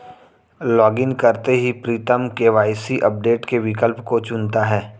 login करते ही Pritam KYC update के विकल्प को चुनता है